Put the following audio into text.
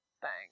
Thanks